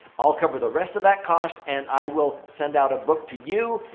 i'll cover the rest of that cost and i will send out a book to you.